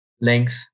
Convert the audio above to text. length